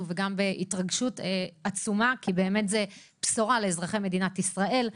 וגם בהתרגשות עצומה כי זאת בשורה לאזרחי מדינת ישראל.